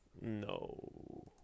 No